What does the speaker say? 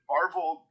Marvel